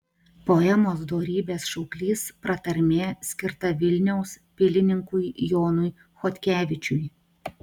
poemos dorybės šauklys pratarmė skirta vilniaus pilininkui jonui chodkevičiui